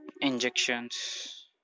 injections